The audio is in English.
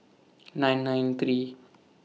nine nine three